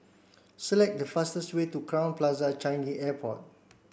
select the fastest way to Crowne Plaza Changi Airport